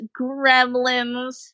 Gremlins